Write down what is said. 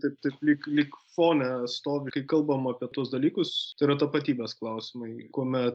taip taip lyg lyg fone stovi kai kalbam apie tuos dalykus tai yra tapatybės klausimai kuomet